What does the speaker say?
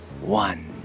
one